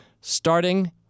starting